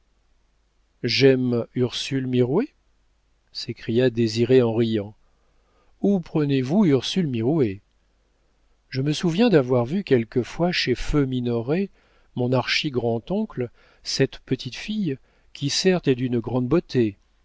j'aime ursule mirouët s'écria désiré en riant où prenez-vous ursule mirouët je me souviens d'avoir vu quelquefois chez feu minoret mon archi grand oncle cette petite fille qui certes est d'une grande beauté